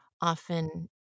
often